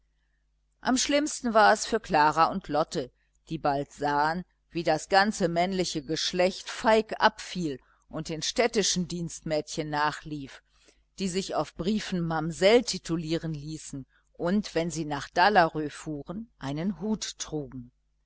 am schlimmsten war es für klara und lotte die bald sahen wie das ganze männliche geschlecht feig abfiel und den städtischen dienstmädchen nachlief die sich auf briefen mamsell titulieren ließen und wenn sie nach dalarö fuhren einen hut trugen